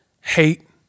hate